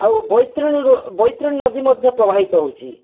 ଆଉ ବୈତରଣୀର ବୈତରଣୀ ନଦୀ ମଧ୍ୟ ପ୍ରବାହିତ ହେଉଛି